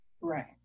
right